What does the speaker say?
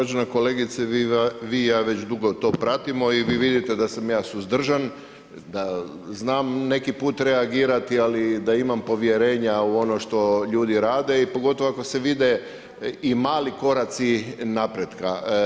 Uvažena kolegice, vi i ja već dugo to pratimo i vi vidite da sam ja suzdržan, da znam neki put reagirati, ali da imam povjerenja u ono što ljudi rade i pogotovo ako se vide i mali koraci napretka.